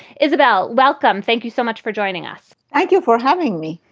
isabel, welcome. thank you so much for joining us. thank you for having me.